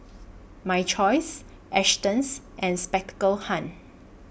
My Choice Astons and Spectacle Hut